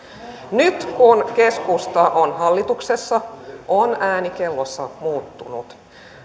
nyt kun keskusta on hallituksessa on ääni kellossa muuttunut